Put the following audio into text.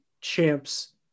champs